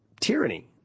tyranny